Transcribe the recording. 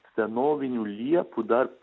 senovinių liepų dar